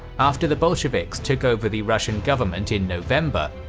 after the bolsheviks took over the russian government in november,